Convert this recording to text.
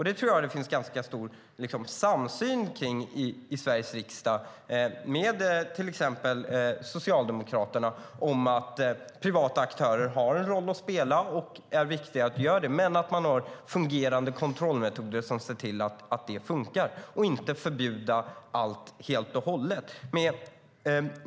Det finns en ganska stor samsyn i Sveriges riksdag, med till exempel Socialdemokraterna, om att privata aktörer har en roll att spela och att det är viktigt att de gör det, men man har fungerande kontrollmetoder och förbjuder inte allt privat helt och hållet.